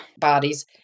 bodies